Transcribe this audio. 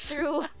True